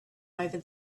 over